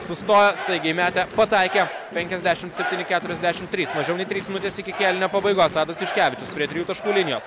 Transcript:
sustojo staigiai metė pataikė penkiasdešimt septyni keturiasdešimt trys mažiau nei trys minutės iki kėlinio pabaigos adas juškevičius prie trijų taškų linijos